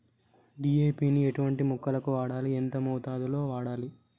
DAP ని ఎటువంటి మొక్కలకు వాడాలి? ఎంత మోతాదులో వాడాలి?